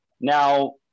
Now